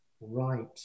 right